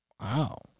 Wow